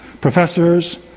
professors